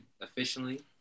efficiently